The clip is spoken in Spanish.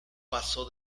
pasó